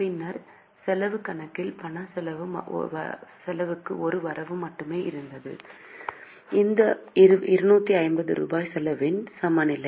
பின்னர் செலவுக் கணக்கில் பணச் செலவுக்கு ஒரு வரவு மட்டுமே இருந்தது இந்த 250 ரூபாய் செலவுகளின் சமநிலை